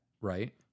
right